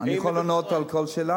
אני יכול לענות על כל שאלה?